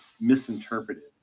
misinterpreted